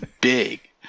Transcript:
big